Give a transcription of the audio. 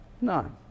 No